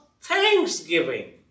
thanksgiving